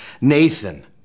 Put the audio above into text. Nathan